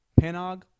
panog